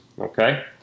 okay